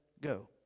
go